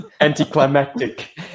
Anticlimactic